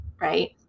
Right